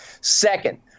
second